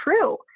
true